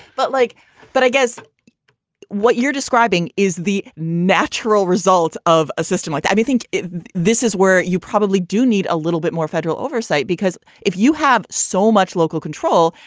but like but i guess what you're describing is the natural result of a system like that. you think this is where you probably do need a little bit more federal oversight, because if you have so much local control,